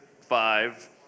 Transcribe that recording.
five